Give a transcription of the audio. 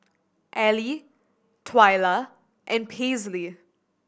Ally Twyla and Paisley